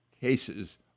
cases